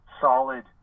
solid